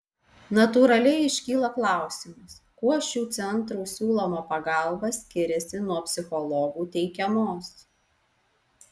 natūraliai iškyla klausimas kuo šių centrų siūloma pagalba skiriasi nuo psichologų teikiamos